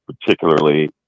particularly